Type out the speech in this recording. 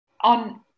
on